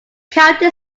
county